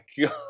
God